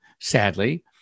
sadly